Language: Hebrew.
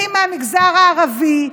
לנכים מהמגזר הערבי.